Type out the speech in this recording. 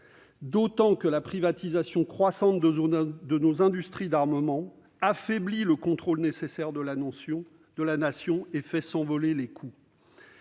même que la privatisation croissante de nos industries d'armement affaiblit le contrôle nécessaire de la Nation et fait s'envoler les coûts.